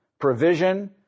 provision